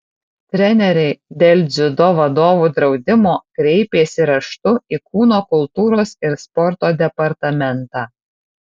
treneriai dėl dziudo vadovų draudimo kreipėsi raštu į kūno kultūros ir sporto departamentą